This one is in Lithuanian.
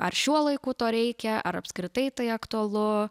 ar šiuo laiku to reikia ar apskritai tai aktualu